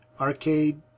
arcade